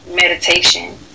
meditation